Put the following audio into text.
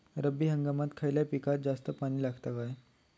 रब्बी हंगामात खयल्या पिकाक जास्त पाणी लागता काय?